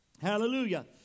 Hallelujah